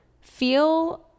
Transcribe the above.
feel